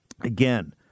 Again